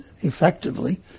effectively